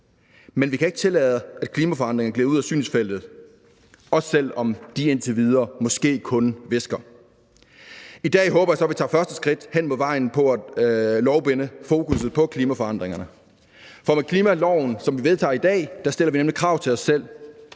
men vi kan ikke tillade, at klimaforandringerne glider ud af synsfeltet, heller ikke selv om de indtil videre måske kun hvisker. I dag håber jeg så at vi tager første skridt på vejen mod at lovbinde fokusset på klimaforandringerne. For med klimaloven, som vi vedtager i dag, stiller vi nemlig krav til os selv.